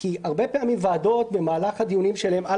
כי הרבה פעמים ועדות במהלך הדיונים שלהן על